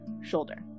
shoulder